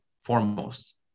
foremost